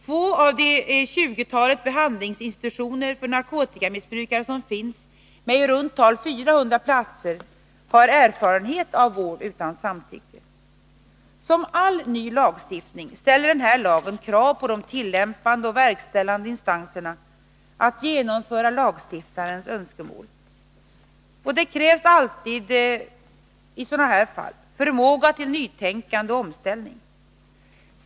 Få av de 20-talet behandlingsinstitutioner för narkotikamissbrukare som finns med i runt tal 400 platser har erfarenhet av vård utan samtycke. Som all ny lagstiftning ställer den här lagen krav på de tillämpande och verkställande instanserna att genomföra lagstiftarens önskemål. Därvid krävs alltid en förmåga till nytänkande och omställning.